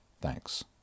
Thanks